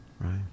right